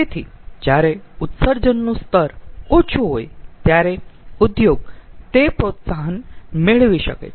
તેથી જ્યારે ઉત્સર્જનનું સ્તર ઓછું હોય ત્યારે ઉદ્યોગ તે પ્રોત્સાહન મેળવી શકે છે